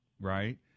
right